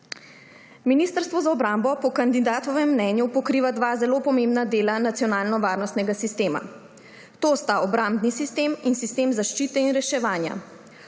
Ministrstvo za obrambo po kandidatovem mnenju pokriva dva zelo pomembna dela nacionalnovarnostnega sistema. To sta obrambni sistem ter sistem zaščite in reševanja.